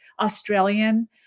Australian